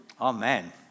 Amen